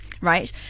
right